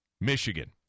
Michigan